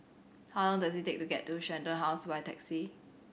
how long does it take to get to Shenton House by taxi